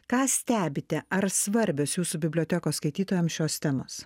ką stebite ar svarbios jūsų bibliotekos skaitytojams šios temos